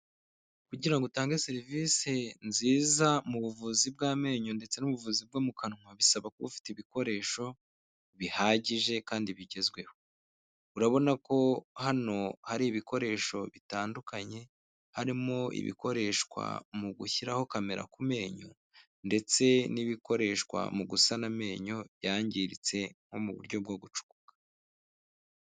Kugira ngo utange serivisi nziza mu buvuzi bw'amenyo ndetse n'ubuvuzi bwo mu kanwa bisaba kuba ufite ibikoresho bihagije kandi bigezweho, urabona ko hano hari ibikoresho bitandukanye harimo ibikoreshwa mu gushyiraho kamera ku menyo ndetse n'ibikoreshwa mu gusana amenyo yangiritse nko mu buryo bwo gucukua.